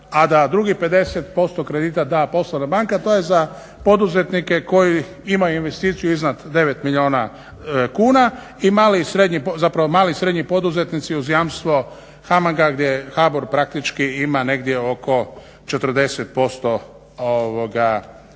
a da drugih 50% kredita da poslovna banka. To je za poduzetnike koji imaju investiciju iznad 9 milijuna kuna i mali i srednji poduzetnici uz jamstvo HAMAG-a gdje HBOR praktički ima negdje oko 40% preuzima